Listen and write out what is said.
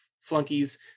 flunkies